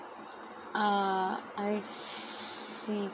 uh I see